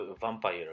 Vampire